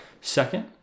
Second